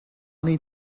need